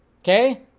Okay